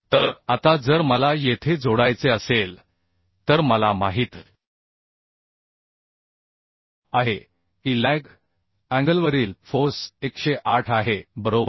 तर आता जर मला येथे जोडायचे असेल तर मला माहित आहे की लॅग अँगलवरील फोर्स 108 आहे बरोबर